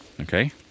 okay